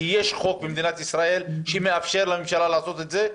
כי יש חוק במדינת ישראל שמאפשר לממשלה לעשות את זה,